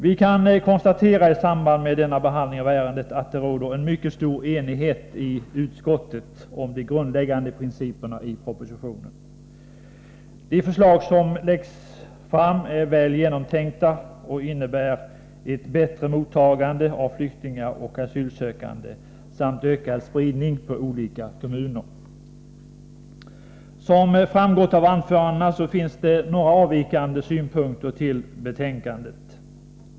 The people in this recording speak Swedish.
Vi kan konstatera, i samband med denna behandling av ärendet, att det råder en mycket stor enighet i utskottet om de grundläggande principerna i propositionen. De förslag som läggs fram är väl genomtänkta och innebär ett bättre mottagande av flyktingar och asylsökande samt ökad spridning på olika kommuner. Som framgått av anförandena finns det några avvikande synpunkter i förhållande till betänkandet.